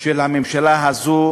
של הממשלה הזו,